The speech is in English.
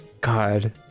god